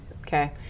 Okay